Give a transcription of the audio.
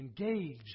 engage